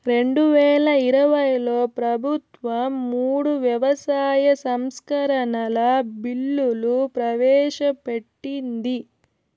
రెండువేల ఇరవైలో ప్రభుత్వం మూడు వ్యవసాయ సంస్కరణల బిల్లులు ప్రవేశపెట్టింది